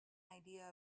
idea